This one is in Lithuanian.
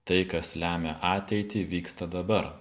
tai kas lemia ateitį vyksta dabar